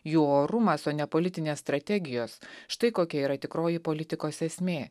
jų orumas o ne politinės strategijos štai kokia yra tikroji politikos esmė